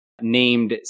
named